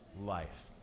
life